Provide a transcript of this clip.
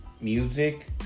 music